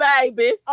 baby